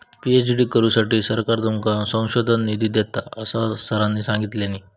PhD करुसाठी सरकार तुमका संशोधन निधी देता, असा सरांनी सांगल्यानी